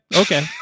okay